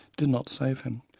did not save him.